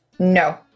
No